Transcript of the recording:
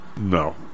No